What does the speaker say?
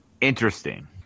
Interesting